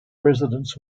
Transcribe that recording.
residence